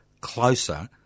closer